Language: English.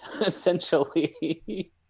essentially